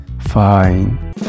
fine